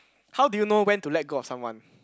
how do you know when to let go of someone